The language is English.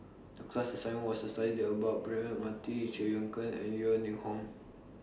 The class assignment was to study The about Braema Mathi Chew Choo Keng and Yeo Ning Hong